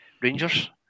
Rangers